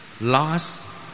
loss